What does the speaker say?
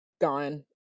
gone